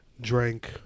drank